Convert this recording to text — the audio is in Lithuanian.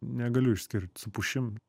negaliu išskirt su pušim